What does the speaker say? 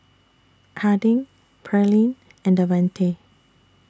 Harding Pearline and Davante